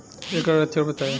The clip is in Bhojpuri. ऐकर लक्षण बताई?